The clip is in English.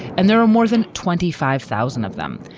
and there are more than twenty five thousand of them.